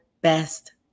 best